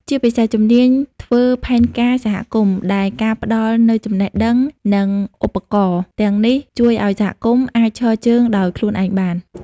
ជាពិសេស ជំនាញធ្វើផែនការសហគមន៍ ដែលការផ្ដល់នូវចំណេះដឹង និងឧបករណ៍ទាំងនេះ ជួយឱ្យសហគមន៍អាចឈរជើងដោយខ្លួនឯងបាន។